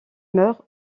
meurt